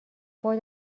باد